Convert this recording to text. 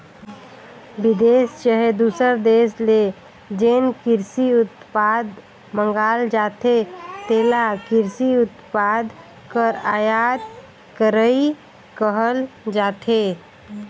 बिदेस चहे दूसर देस ले जेन किरसी उत्पाद मंगाल जाथे तेला किरसी उत्पाद कर आयात करई कहल जाथे